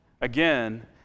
again